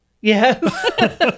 Yes